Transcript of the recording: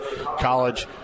college